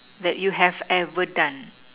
that you have ever done